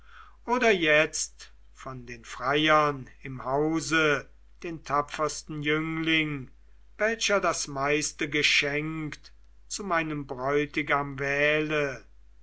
oder jetzt von den freiern im hause den tapfersten jüngling welcher das meiste geschenkt zu meinem bräutigam wähle